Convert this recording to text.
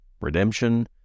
redemption